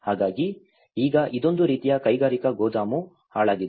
ಹಾಗಾಗಿ ಈಗ ಇದೊಂದು ರೀತಿಯ ಕೈಗಾರಿಕಾ ಗೋದಾಮು ಹಾಳಾಗಿದೆ